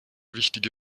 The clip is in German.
wichtige